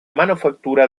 manufactura